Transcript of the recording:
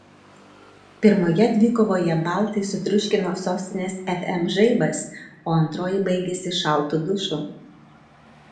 pirmoje dvikovoje baltai sutriuškino sostinės fm žaibas o antroji baigėsi šaltu dušu